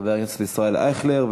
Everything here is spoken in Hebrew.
חבר הכנסת ישראל אייכלר,